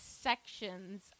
sections